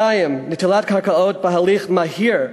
2. נטילת קרקעות בהליך מהיר,